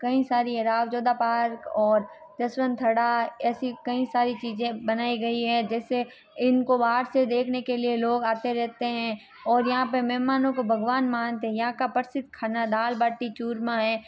कई सारी राव जोधा पार्क और जैसवंत हाड़ा ऐसी कई सारी चीज़ें बनाई गई है जैसे इनको बाहर से देखने के लिए लोग आते रहते हैं और यहाँ पर मेहमानों को भगवान मानते हैं यहाँ का प्रसिद्ध खाना दाल बाटी चूरमा है